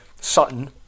Sutton